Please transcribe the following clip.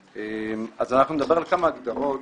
אנחנו נדבר על כמה הגדרות.